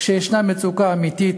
כשיש מצוקה אמיתית,